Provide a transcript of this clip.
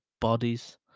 bodies